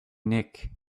nick